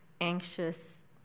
anxious